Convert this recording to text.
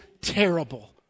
terrible